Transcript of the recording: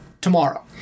Tomorrow